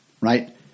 right